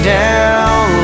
down